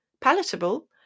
palatable